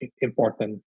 important